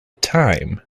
time